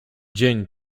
dzień